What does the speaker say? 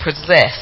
possess